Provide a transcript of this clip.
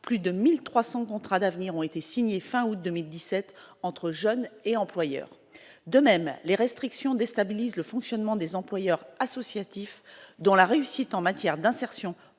plus de 1300 contrats d'avenir ont été signés fin août 2017 entre jeunes et employeurs de même les restrictions déstabilise le fonctionnement des employeurs associatifs dont la réussite en matière d'insertion